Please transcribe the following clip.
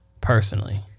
personally